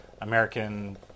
American